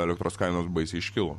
elektros kainos baisiai iškilo